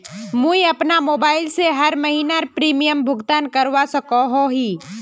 मुई अपना मोबाईल से हर महीनार प्रीमियम भुगतान करवा सकोहो ही?